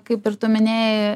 kaip ir tu minėjai